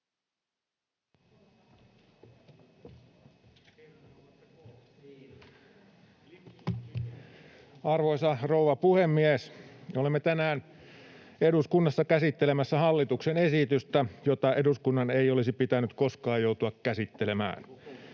Arvoisa rouva puhemies! Olemme tänään eduskunnassa käsittelemässä hallituksen esitystä, jota eduskunnan ei olisi pitänyt koskaan joutua käsittelemään.